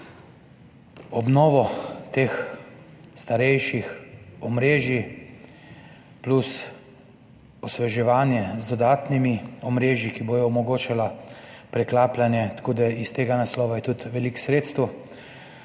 obnovo teh starejših omrežij plus osveževanje z dodatnimi omrežji, ki bodo omogočala priklapljanje. Tako da iz tega naslova je tudi veliko sredstev